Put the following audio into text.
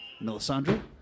Melisandre